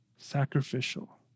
Sacrificial